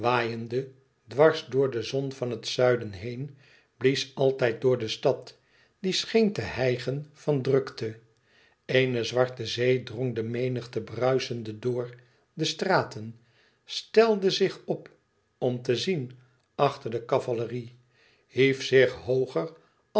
waaiende dwars door de zon van het zuiden heen blies altijd door de stad die scheen te hijgen van drukte eene zwarte zee drong de menigte bruisende door de straten stelde zich op om te zien achter de cavalerie hief zich hooger